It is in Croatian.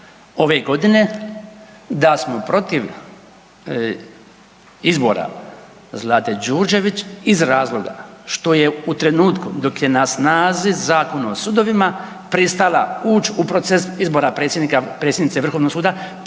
ove godine, da smo protiv izbora Zlate Đurđević iz razloga što je u trenutku dok je na snazi Zakon o sudovima pristala ući u proces izbora predsjednika,